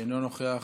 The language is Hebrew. אינו נוכח,